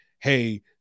Hey